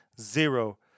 Zero